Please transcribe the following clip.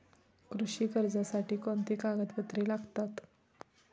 कृषी कर्जासाठी कोणती कागदपत्रे लागतात?